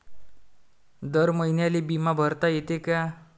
दर महिन्याले बिमा भरता येते का?